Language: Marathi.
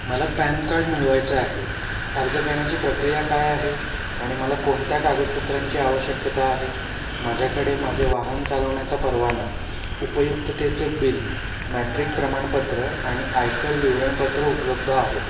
मला पॅन कार्ड मिळवायचं आहे अर्ज करण्याची प्रक्रिया काय आहे आणि मला कोणत्या कागदपत्रांची आवश्यकता आहे माझ्याकडे माझे वाहन चालवण्याचा परवाना उपयुक्ततेचे बिल मॅट्रिक प्रमाणपत्र आणि आयकर विवरणपत्र उपलब्ध आहेत